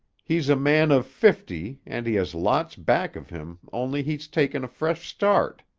he's a man of fifty and he has lots back of him only he's taken a fresh start.